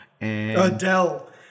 Adele